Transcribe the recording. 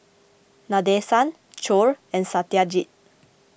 Nadesan Choor and Satyajit